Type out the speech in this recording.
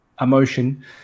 emotion